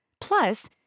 Plus